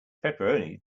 pepperoni